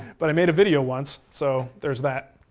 but i made a video once, so there's that.